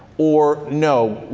or no,